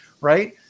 right